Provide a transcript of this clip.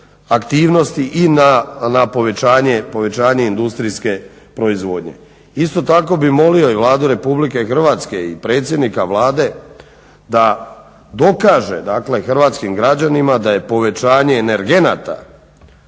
aktivnosti i na povećanje industrijske proizvodnje. Isto tako bi molio i Vladu Republike Hrvatske i predsjednika Vlade da dokaže, dakle hrvatskim građanima da je povećanje energenata